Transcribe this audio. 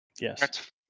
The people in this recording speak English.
Yes